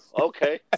okay